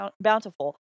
bountiful